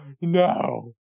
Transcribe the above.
no